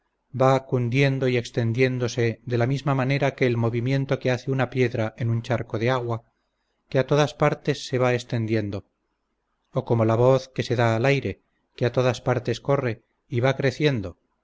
va cundiendo y extendiéndose de la misma manera que el movimiento que hace una piedra en un charco de agua que a todas partes se va extendiendo o como la voz que se da al aire que a todas partes corre y va creciendo